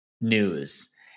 news